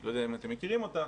אני לא יודע אם אתם מכירים אותה